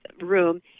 Room